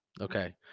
Okay